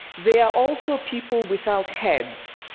they are also people without heads,